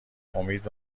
امید